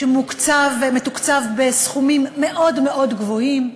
שמתוקצב בסכומים מאוד מאוד גבוהים,